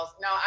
No